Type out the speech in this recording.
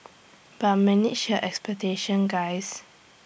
but manage your expectations guys